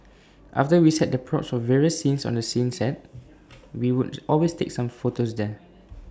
after we set the props for various scenes on the scenes set we would always take some photos there